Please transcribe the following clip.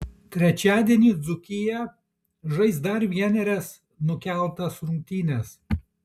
trečiadienį dzūkija žais dar vienerias nukeltas rungtynes